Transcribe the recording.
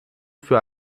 für